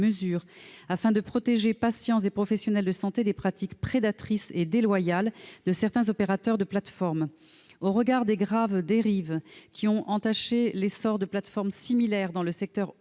à protéger patients et professionnels de santé des pratiques prédatrices et déloyales de certains opérateurs de plateforme. Au regard des graves dérives qui ont entaché l'essor de plateformes similaires, dans le secteur